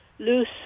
Loose